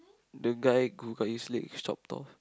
the guy who got his legs chopped off